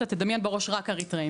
הביקורת שלי תדמיין בראש רק אריתראים.